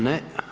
Ne.